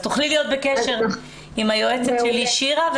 תוכלי להיות בקשר עם היועצת שלי שירה,